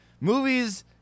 movies